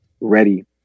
ready